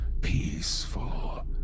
peaceful